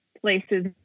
places